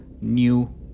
new